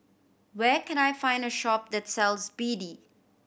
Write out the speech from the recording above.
where can I find a shop that sells B D